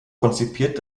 konzipiert